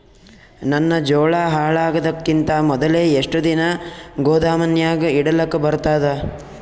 ನನ್ನ ಜೋಳಾ ಹಾಳಾಗದಕ್ಕಿಂತ ಮೊದಲೇ ಎಷ್ಟು ದಿನ ಗೊದಾಮನ್ಯಾಗ ಇಡಲಕ ಬರ್ತಾದ?